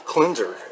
cleanser